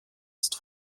ist